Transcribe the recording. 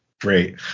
great